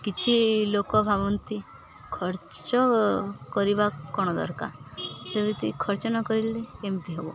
କିଛି ଲୋକ ଭାବନ୍ତି ଖର୍ଚ୍ଚ କରିବା କ'ଣ ଦରକାର ଯେମିତି ଖର୍ଚ୍ଚ ନକରିଲେ କେମିତି ହେବ